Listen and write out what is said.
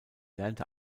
lernte